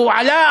הוא עלה,